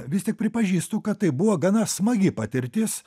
vis tik pripažįstu kad tai buvo gana smagi patirtis